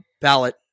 ballot